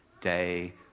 day